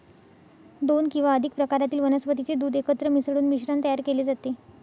दोन किंवा अधिक प्रकारातील वनस्पतीचे दूध एकत्र मिसळून मिश्रण तयार केले जाते